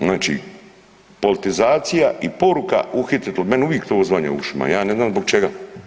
Znači, politizacija i poruka uhititi, meni uvijek to odzvanja u ušima, ja ne znam zbog čega.